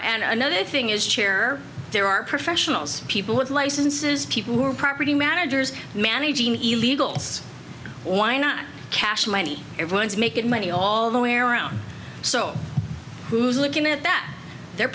and another thing is chair there are professionals people with licenses people who are property managers managing illegals why not cash money everyone's making money all the way around so who's looking that they're